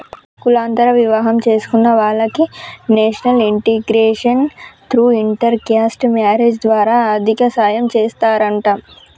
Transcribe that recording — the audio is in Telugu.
కులాంతర వివాహం చేసుకున్న వాలకి national integration through inter caste marriage ద్వారా ఆర్థిక సాయం చేస్తారంట